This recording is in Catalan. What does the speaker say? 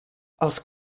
els